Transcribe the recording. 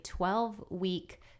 12-week